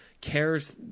cares